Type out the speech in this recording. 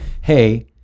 Hey